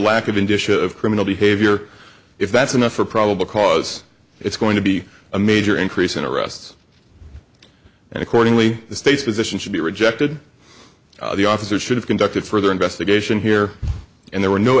lack of indicia of criminal behavior if that's enough for probable cause it's going to be a major increase in arrests and accordingly the state's position should be rejected the officer should have conducted further investigation here and there were no